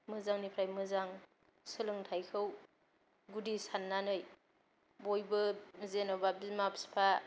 मोजांनिफ्राय मोजां सोलोंथाइखौ गुदि साननानै बयबो जेन'बा बिमा फिफा